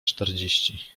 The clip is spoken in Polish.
czterdzieści